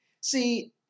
see